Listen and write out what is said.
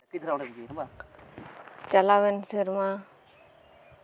ᱪᱟᱞᱟᱣᱮᱱ ᱥᱮᱨᱢᱟ